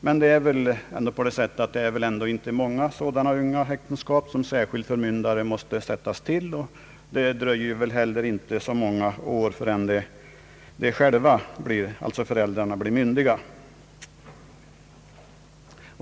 Men det är väl ändå inte i många unga äktenskap som särskild förmyndare måste förordnas, och det dröjer heller inte så många år förrän föräldrarna själva blir myndiga.